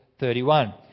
31